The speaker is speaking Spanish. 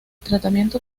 tratamiento